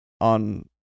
on